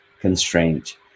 constraint